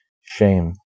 Shame